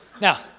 Now